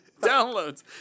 Downloads